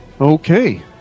Okay